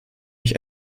mich